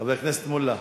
חבר הכנסת מולה,